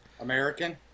American